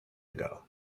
ago